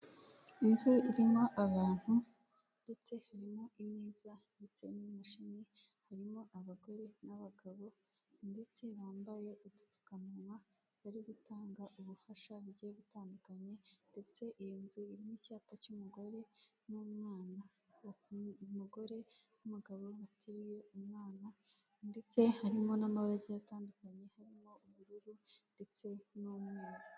Inzu irimo abantu ndetse harimo imeza ndetse n'imashini. Harimo abagore n'abagabo ndetse bambaye ubupfukamuwa. Bari gutanga ubufasha bugiye butandukanye, ndetse iyo nzu n'irimo icyapa, umugore n'umwana. Umugore n'umugabo bateruye umwana, ndetse harimo n'amarange atandukanye, harimo ubururu ndetse n'umweru.